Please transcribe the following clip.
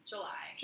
July